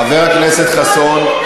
חבר הכנסת חסון,